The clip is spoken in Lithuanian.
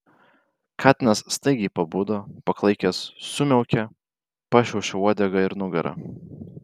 katinas staigiai pabudo paklaikęs sumiaukė pašiaušė uodegą ir nugarą